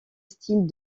style